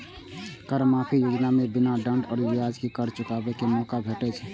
कर माफी योजना मे बिना दंड आ ब्याज के कर चुकाबै के मौका भेटै छै